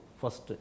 first